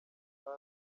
sara